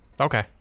Okay